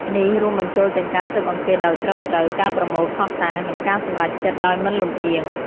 នេះរួមបញ្ចូលទាំងការស៊ើបអង្កេតដោយត្រឹមត្រូវ ការប្រមូលភស្តុតាង និងការសម្រេចចិត្តដោយមិនលំអៀង។